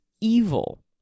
evil